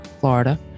florida